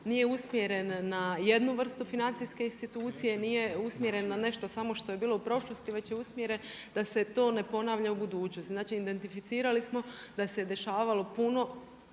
nije usmjeren na jednu vrstu financijske institucije, nije usmjeren na nešto samo što je bilo u prošlosti, već je umjeren da se to ne ponavlja u budućnosti. Znači, identificirali smo da se dešavalo puno